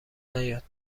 نیاد